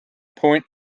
point